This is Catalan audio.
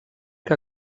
que